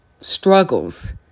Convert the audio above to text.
struggles